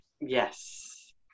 Yes